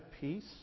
peace